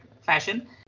fashion